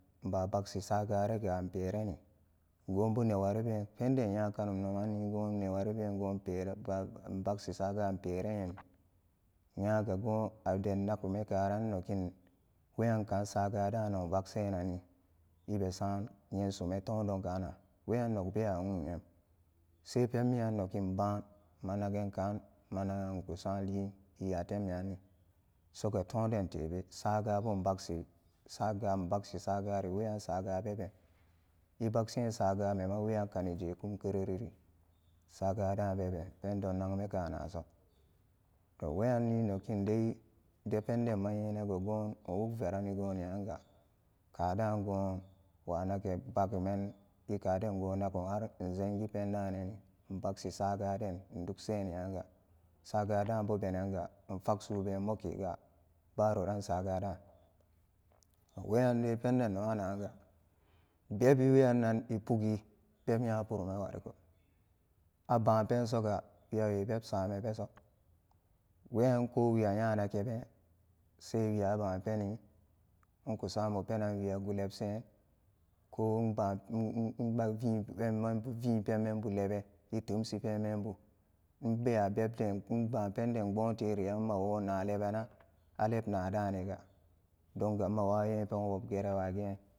Nbabaksi sagara gaa nperani goon bo newaribeen penden nyakanum nomanni goon newarben goon peran ba nbagsi saga nperan nyam nyaga goon adennaguman karan nokin weyan kaan saga daan nog bakse nanni i be sam nyensumani tom don ka anan weyan nok bewa nwuun nyana se penmiyan nokin baan manakan kaan wa nagan nku sam lii i yatemmeran soga tom den tebe saga bo nbaksi saga riweyan saga beben i baksin saga mema weyan kani jekum kereri saga daan beben pedon nag man kanaso weyanni nokin dependen ma nyenan goo nwuk veranni goniranga kadaan goon wanaka basu mani i kaden goon nagum har nzangi pendaanani nogi nbaksi saa been saga daan bobenan mokega baroran sagaan daan weyanni penden nokkanaranga bebi weyanni be bi ipugi nya puruma wariko weyan a baan pensoga wia we bebsamanso weyan kowi a nya nakan be sewibaan peni nku sana penan wia gulebsen viin pemen bu leban i temsni pemmeni bu mbewa bebde nbaan pende pbom teria nmawoon na leban aleb nadaaniga donga nmawaween penwob geran wageen.